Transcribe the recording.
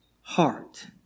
heart